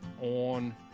on